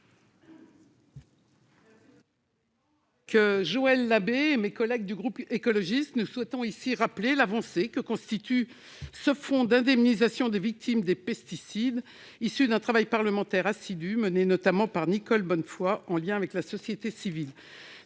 Joël Labbé et l'ensemble des membres du groupe écologiste souhaitent rappeler l'avancée que constitue ce fonds d'indemnisation des victimes des pesticides, issu d'un travail parlementaire assidu mené notamment par Nicole Bonnefoy, en lien avec la société civile.